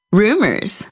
rumors